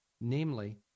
Namely